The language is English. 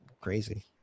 crazy